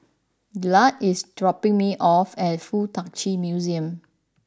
Dillard is dropping me off at Fuk Tak Chi Museum